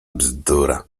bzdura